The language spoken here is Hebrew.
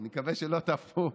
אני מקווה שלא תהפכו,